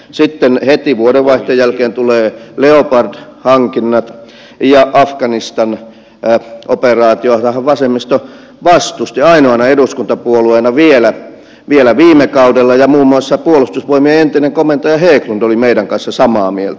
sitten heti vuodenvaihteen jälkeen tulevat leopard hankinnat ja afganistan operaatio jota vasemmistoliitto vastusti ainoana eduskuntapuolueena vielä viime kaudella ja muun muassa puolustusvoimien entinen komentaja hägglund oli meidän kanssamme samaa mieltä